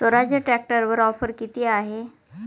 स्वराज्य ट्रॅक्टरवर ऑफर किती आहे?